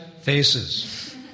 faces